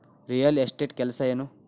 real estate ಕೆಲಸ ಏನು